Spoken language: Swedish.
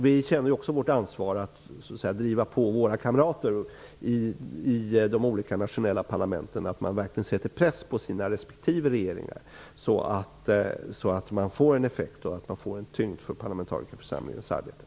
Vi känner också ett ansvar för att driva på våra kamrater i de nationella parlamenten att verkligen sätta press på sina respektive regeringar, så att parlamentarikerförsamlingens arbete verkligen får tyngd och effekt.